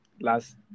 last